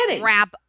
wrap